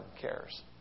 cares